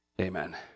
Amen